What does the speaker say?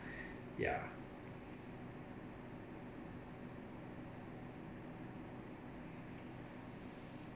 ya